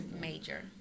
major